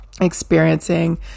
Experiencing